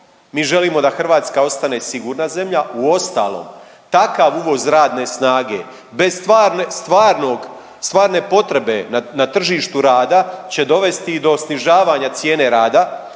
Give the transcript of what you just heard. mi želimo da Hrvatska ostane sigurna zemlja, uostalom, takav uvoz radne snage bez stvarne potrebe na tržištu rada će dovesti i do snižavanja cijene rada